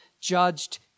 judged